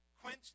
quench